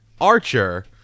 Archer